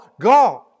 God